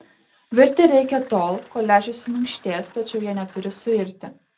virti reikia tol kol lęšiai suminkštės tačiau jie neturi suirti